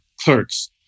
clerks